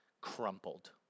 crumpled